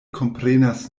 komprenas